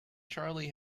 charlie